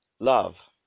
Love